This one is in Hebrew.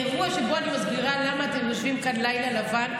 אירוע שבו אני מסבירה למה אתם יושבים כאן לילה לבן,